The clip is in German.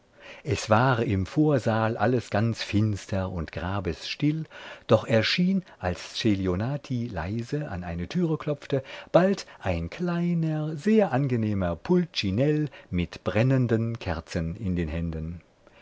es war im vorsaal alles ganz finster und grabesstill doch erschien als celionati leise an eine türe klopfte bald ein kleiner sehr angenehmer pulcinell mit brennenden kerzen in den händen